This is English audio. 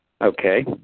Okay